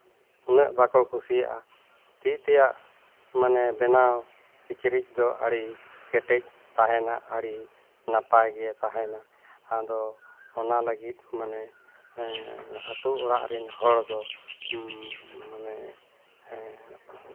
ᱩᱱᱟᱹᱜ ᱵᱟᱠᱚ ᱠᱩᱥᱤᱭᱟᱜᱼᱟ ᱛᱤ ᱛᱮᱭᱟᱜ ᱢᱟᱱᱮ ᱵᱮᱱᱟᱣ ᱠᱤᱪᱨᱤᱡ ᱫᱚ ᱟᱹᱰᱤ ᱠᱮᱴᱮᱡ ᱛᱟᱦᱮᱱᱟ ᱟᱹᱰᱤ ᱱᱟᱯᱟᱭ ᱜᱮ ᱛᱟᱦᱮᱱᱟ ᱟᱫᱚ ᱚᱱᱟ ᱞᱟᱹᱜᱤᱫ ᱢᱟᱱᱮ ᱟᱛᱳ ᱚᱲᱟᱜ ᱨᱤᱱ ᱦᱚᱲ ᱫᱚ ᱢᱟᱱᱮ ᱦᱮᱸ